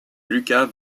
lucas